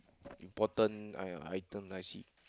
important !aiya! item I_C